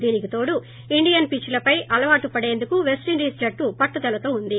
దీనికి తోడు Indian pitch లపై అలవాటు పడేందుకు వెస్టిండీస్ జట్టు పట్టుదలతో వుంది